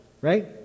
right